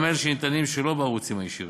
גם אלה שניתנים שלא בערוצים הישירים.